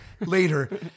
later